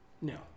No